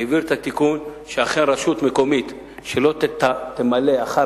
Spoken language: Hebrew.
העביר את התיקון שאכן רשות מקומית שלא תמלא אחר